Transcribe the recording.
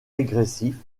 agressifs